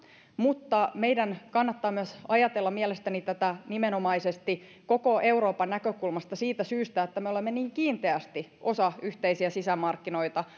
mutta meidän kannattaa mielestäni ajatella tätä nimenomaisesti myös koko euroopan näkökulmasta siitä syystä että me olemme niin kiinteästi osa yhteisiä sisämarkkinoita